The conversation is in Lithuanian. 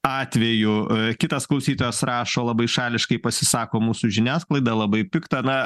atveju kitas klausytojas rašo labai šališkai pasisako mūsų žiniasklaida labai pikta na